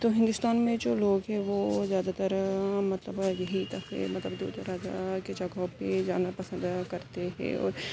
تو ہندوستان میں جو لوگ ہیں وہ زیادہ تر مطلب یہی تفریح مطلب دور دراز کے جگہوں پہ جانا پسند کرتے ہے